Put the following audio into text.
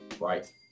Right